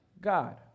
God